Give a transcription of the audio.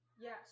Yes